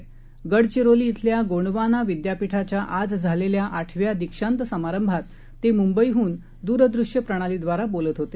हेत गडचिरोली खिल्यागोंडवानाविद्यापीठाच्याआजझालेल्याआठव्यादीक्षांतसमारभाततेमुंबई हूनदूरदृश्यप्रणालीद्वारेबोलतहोते